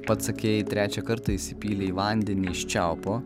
pats sakei trečią kartą įsipylei vandenį iš čiaupo